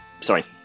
Sorry